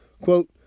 Quote